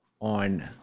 on